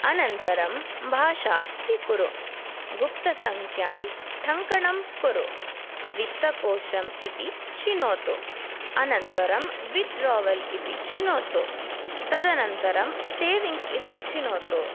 अनन्तरं भाषा स्वीकुरु गुप्तसङ्ख्यां टङ्कणं कुरु वित्तकोशम् इति चिनोतु अनन्तरं विथ्ड्रावल् इति चिनोतु तदनन्तरं सेविङ्ग्स् इति चिनोतु